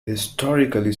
historically